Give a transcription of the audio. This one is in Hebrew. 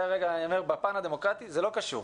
בפן הדמוקרטי זה לא קשור.